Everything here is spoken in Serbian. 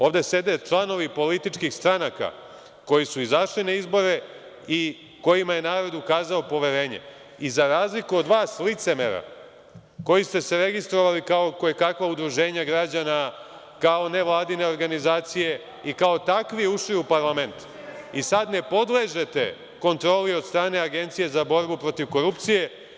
Ovde sede članovi političkih stranaka koji su izašli na izbore i kojima je narod ukazao poverenje i za razliku od vas licemera koji ste se registrovali kao kojekakva udruženja građana, kao nevladine organizacije i kao takvi ušli u parlament, i sad ne podležete kontroli od strane Agencije za borbu protiv korupcije.